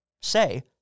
Say